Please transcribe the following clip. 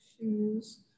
shoes